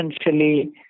essentially